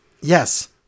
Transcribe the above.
yes